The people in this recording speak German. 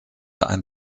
ein